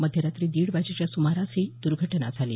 मध्यरात्री दीड वाजेच्या सुमारास ही दुर्घटना झाली